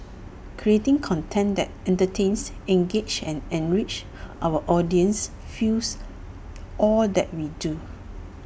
creating content that entertains engages and enriches our audiences fuels all that we do